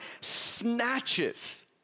snatches